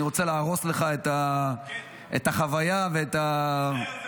אני רוצה להרוס לך את החוויה ואת התחושה.